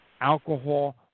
alcohol